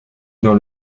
dans